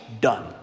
Done